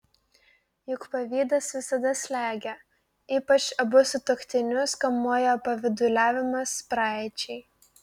juk pavydas visada slegia ypač abu sutuoktinius kamuoja pavyduliavimas praeičiai